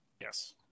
Yes